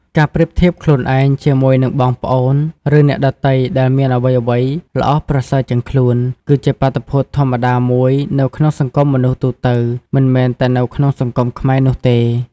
ការប្រៀបធៀបខ្លួនឯងជាមួយនឹងបងប្អូន ឬអ្នកដទៃដែលមានអ្វីៗល្អប្រសើរជាងខ្លួន គឺជាបាតុភូតធម្មតាមួយនៅក្នុងសង្គមមនុស្សទូទៅ មិនមែនតែនៅក្នុងសង្គមខ្មែរនោះទេ។